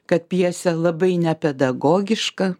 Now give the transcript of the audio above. kad pjesė labai nepedagogiška